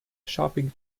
shopping